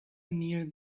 near